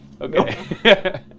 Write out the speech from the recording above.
Okay